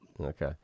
Okay